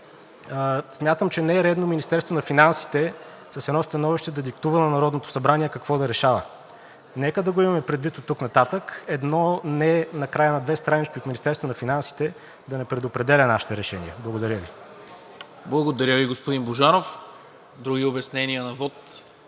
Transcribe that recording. смятам, че не е редно Министерството на финансите с едно становище да диктува на Народното събрание какво да решава. Нека да го имаме предвид от тук нататък. Едно „не“ накрая на две странички от Министерството на финансите да не предопределя нашите решения. Благодаря Ви. ПРЕДСЕДАТЕЛ НИКОЛА МИНЧЕВ: Благодаря Ви, господин Божанов. Други обяснения на вот?